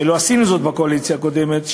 ולא עשינו זאת בקואליציה הקודמת,